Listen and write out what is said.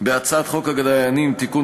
הצעת חוק הדיינים (תיקון,